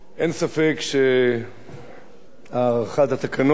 אין ספק שהארכת תוקף התקנות